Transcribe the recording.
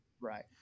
Right